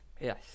Yes